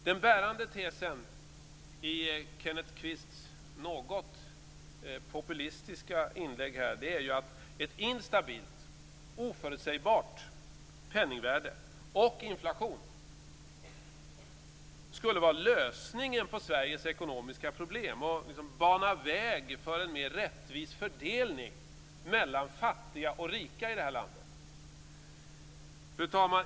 Den bärande tesen i Kenneth Kvists något populistiska inlägg här är att ett instabilt, oförutsägbart penningvärde och inflation skulle vara lösningen på Sveriges ekonomiska problem och bana väg för en mer rättvis fördelning mellan fattiga och rika i det här landet. Fru talman!